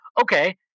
okay